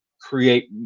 create